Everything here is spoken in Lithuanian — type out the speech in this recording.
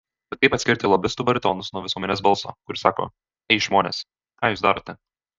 bet kaip atskirti lobistų baritonus nuo visuomenės balso kuris sako ei žmonės ką jūs darote